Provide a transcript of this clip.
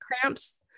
cramps